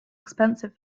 expensive